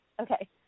Okay